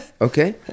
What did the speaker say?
Okay